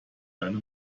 deine